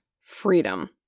freedom